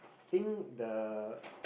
I think the